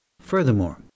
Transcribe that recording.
Furthermore